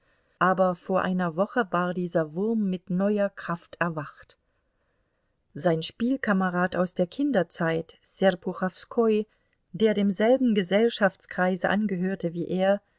aber vor einer woche war dieser wurm mit neuer kraft erwacht sein spielkamerad aus der kinderzeit serpuchowskoi der demselben gesellschaftskreise angehörte wie er